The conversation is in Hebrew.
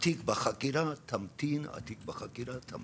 התיק בחקירה, תמתין, התיק בחקירה, תמתין.